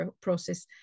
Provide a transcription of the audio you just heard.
process